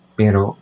pero